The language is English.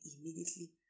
immediately